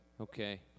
Okay